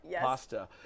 pasta